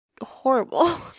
horrible